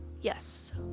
yes